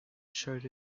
showed